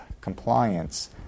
compliance